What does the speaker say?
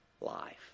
life